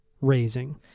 raising